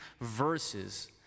verses